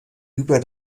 über